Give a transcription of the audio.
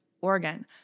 organ